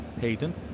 Hayden